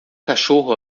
cachorro